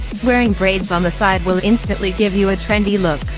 wearing braids on the side will instantly give you a trendy look.